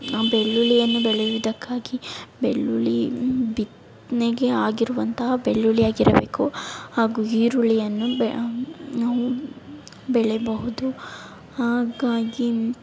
ಬೆಳ್ಳುಳ್ಳಿಯನ್ನು ಬೆಳೆಯುವುದಕ್ಕಾಗಿ ಬೆಳ್ಳುಳ್ಳಿ ಬಿತ್ತನೆಗೆ ಆಗಿರುವಂತಹ ಬೆಳ್ಳುಳ್ಳಿ ಆಗಿರಬೇಕು ಹಾಗೂ ಈರುಳ್ಳಿಯನ್ನು ಬೆ ನಾವು ಬೆಳೆಯಬಹುದು ಹಾಗಾಗಿ